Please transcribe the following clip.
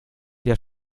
der